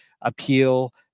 appeal